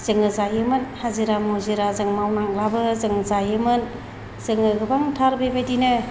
जोङो जायोमोन हाजिरा मुजिरा जों मावनांब्लाबो जों जायोमोन जोङो गोबांथार बेबायदिनो